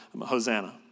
Hosanna